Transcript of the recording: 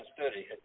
study